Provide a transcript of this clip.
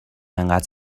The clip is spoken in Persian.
انقدر